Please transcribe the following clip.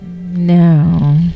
No